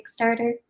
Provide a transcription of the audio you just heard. Kickstarter